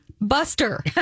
buster